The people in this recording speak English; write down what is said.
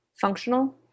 functional